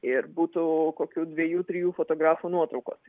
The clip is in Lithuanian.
ir būtų kokių dviejų trijų fotografų nuotraukos